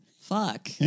fuck